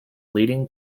leading